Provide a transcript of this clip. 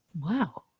Wow